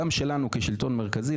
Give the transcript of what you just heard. גם שלנו כשלטון מרכזי,